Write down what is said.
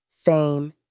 fame